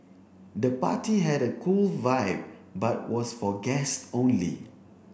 the party had a cool vibe but was for guest only